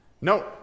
No